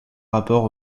rapport